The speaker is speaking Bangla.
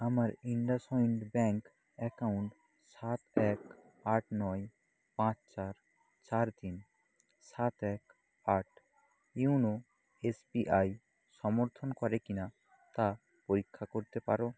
আমার ইন্ডাসইন্ড ব্যাংক অ্যাকাউন্ট সাত এক আট নয় পাঁচ চার চার তিন সাত এক আট ইউনো এস বি আই সমর্থন করে কি না তা পরীক্ষা করতে পারো